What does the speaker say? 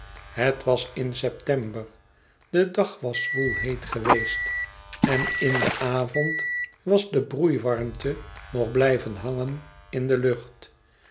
het was in september de dag was zwoel heet geweest en in den avond was de broeiwarmte nog blijven hangen in de lucht